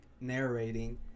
narrating